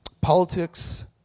politics